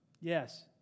Yes